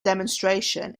demonstration